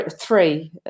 three